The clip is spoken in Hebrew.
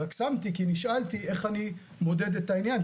רק שמתי כי נשאלתי איך אני מודד את העניין.